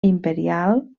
imperial